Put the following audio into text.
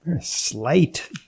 slight